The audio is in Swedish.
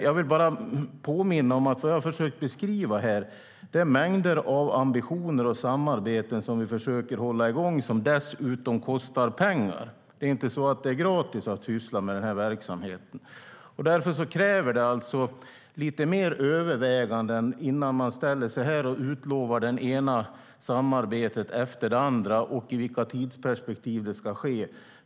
Jag vill bara påminna om vad jag har försökt att beskriva här, nämligen mängder av ambitioner och samarbeten som vi försöker hålla igång - som dessutom kostar pengar. Det är inte så att det är gratis att syssla med den verksamheten. Därför kräver det lite mer överväganden innan man ställer sig här och utlovar det ena samarbetet efter det andra och tidsperspektiv.